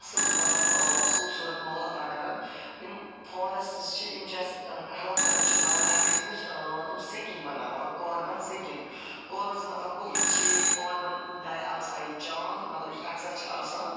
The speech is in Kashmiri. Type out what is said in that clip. اَصٕل مَطلَب خوٗبصوٗرت ماحول عطا کَران یِم فارٮ۪سٹٕز چھِ یِم چھِ اَسہِ ہٮ۪لٕپ کَران یِم چھِ بَنان اَکہِ قٕسمٕچ تِم سِنٛکنٛگ بنان مَطلَب کاربَن سِنٛکِنٛگ کاربَن سِنٛک مَطلَب گوٚو یِم چھِ یہِ کاربَن ڈاے آکسایڈ چٮ۪وان مَطلَب یُس اٮ۪کسَس چھُ آسان